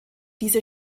diese